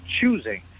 choosing